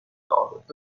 عارف